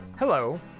Hello